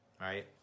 right